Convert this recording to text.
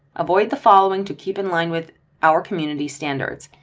avoid the following to keep in line with our community standards.